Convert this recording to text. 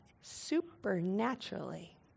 supernaturally